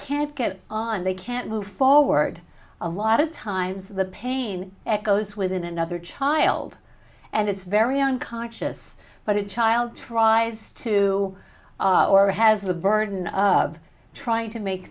can't get on they can't move forward a lot of times the pain echoes with another child and it's very unconscious but it child tries to or has the burden of trying to make